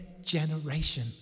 generation